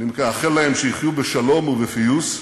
אני מאחל להם שיחיו בשלום ובפיוס.